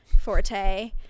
forte